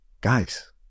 guys